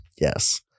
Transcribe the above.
yes